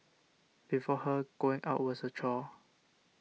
before her going out was a chore